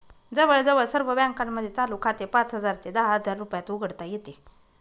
जवळजवळ सर्व बँकांमध्ये चालू खाते पाच हजार ते दहा हजार रुपयात उघडता येते